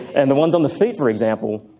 and the ones on the feet, for example,